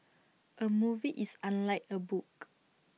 A movie is unlike A book